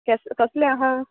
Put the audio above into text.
केस कसलें आहा